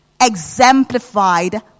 exemplified